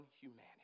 humanity